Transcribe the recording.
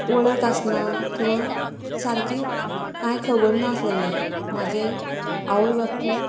वळख आसना किंवां सारकी कांय खबर नासलेलें म्हाजे आवय बापूय